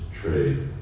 trade